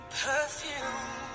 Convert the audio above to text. perfume